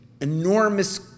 enormous